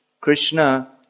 Krishna